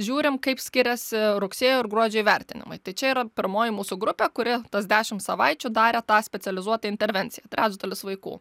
žiūrim kaip skiriasi rugsėjo ir gruodžio įvertinimai tai čia yra pirmoji mūsų grupė kuri tas dešimt savaičių darė tą specializuotą intervenciją trečdalis vaikų